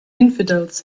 infidels